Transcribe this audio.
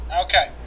Okay